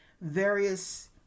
various